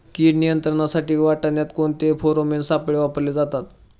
कीड नियंत्रणासाठी वाटाण्यात कोणते फेरोमोन सापळे वापरले जातात?